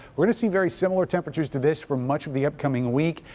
we're gonna see very similar temperatures to this for much of the upcoming week.